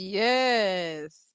Yes